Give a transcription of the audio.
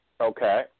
Okay